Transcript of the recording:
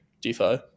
DeFi